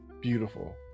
beautiful